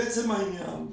לעצם העניין,